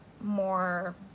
more